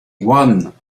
one